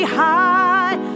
high